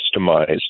customized